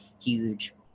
huge